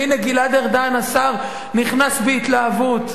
והנה, השר גלעד ארדן נכנס בהתלהבות.